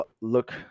look